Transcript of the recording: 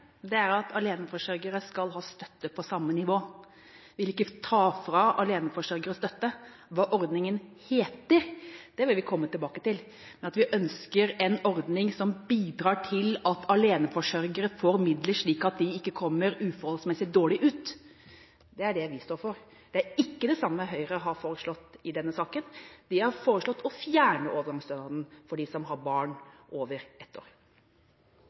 garantere, er at aleneforsørgere skal ha støtte på samme nivå. Vi vil ikke ta fra aleneforsørgere støtte. Hva ordningen heter, vil vi komme tilbake til, men at vi ønsker en ordning som bidrar til at aleneforsørgere får midler slik at de ikke kommer uforholdsmessig dårlig ut, det er det vi står for. Det er ikke det samme Høyre har foreslått i denne saken. De har foreslått å fjerne overgangsstønaden for dem som har barn over ett år.